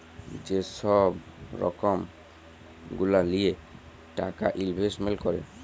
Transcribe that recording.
যে ছব রকম গুলা লিঁয়ে টাকা ইলভেস্টমেল্ট ক্যরে